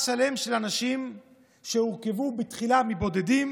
שלם של אנשים שהורכבו בתחילה מבודדים,